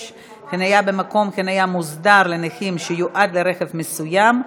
6) (חניה במקום חניה מוסדר לנכים שיועד לרכב מסוים),